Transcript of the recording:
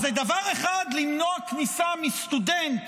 אז דבר אחד זה למנוע כניסה מסטודנט